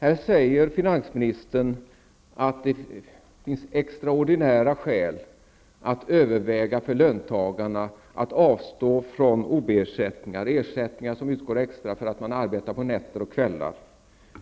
Fru talman! Finansministern säger att situationen är sådan att det finns extraordinära skäl för löntagarna att överväga att avstå från OB-ersättningar, extra ersättningar som utgår för att man arbetar på kvällar och nätter.